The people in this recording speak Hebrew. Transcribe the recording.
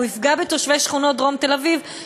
והוא יפגע בתושבי שכונות דרום תל-אביב.